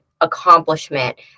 accomplishment